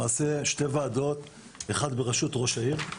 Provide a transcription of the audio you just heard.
למעשה יש שתי ועדות: אחת בראשות ראש העיר,